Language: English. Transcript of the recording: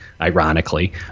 ironically